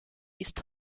ist